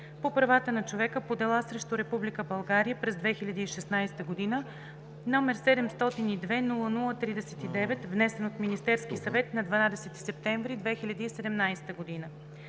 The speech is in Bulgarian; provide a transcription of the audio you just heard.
по правата на човека по дела срещу Република България през 2016 г., № 702-00-39, внесен от Министерския съвет на 12 септември 2017 г.